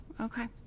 Okay